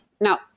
Now